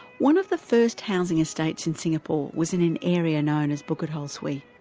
one of the first housing estates in singapore was in an area known as bukit ho swee.